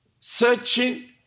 Searching